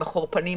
עם החורפנים,